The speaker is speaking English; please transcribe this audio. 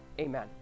Amen